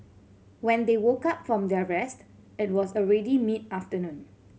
when they woke up from their rest it was already mid afternoon